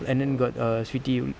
and then got err sweet ti~